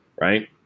Right